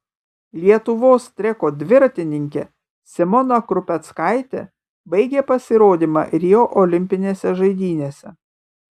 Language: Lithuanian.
lietuvos treko dviratininkė simona krupeckaitė baigė pasirodymą rio olimpinėse žaidynėse